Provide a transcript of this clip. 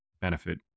benefit